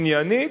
עניינית,